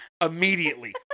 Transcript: immediately